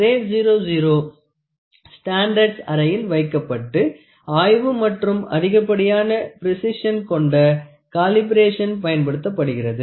great 00 standards அறையில் வைக்கப்பட்டு ஆய்வு மற்றும் அதிகப்படியான ப்ரிசிசன் கொண்ட காலிபெரேஷன் பயன்படுத்தப்படுகிறது